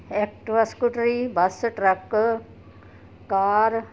Activa ਸਕੂਟਰੀ bus truck ਕਾਰ